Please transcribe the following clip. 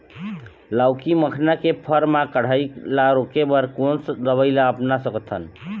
लाउकी मखना के फर मा कढ़ाई ला रोके बर कोन दवई ला अपना सकथन?